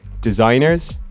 Designers